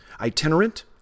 itinerant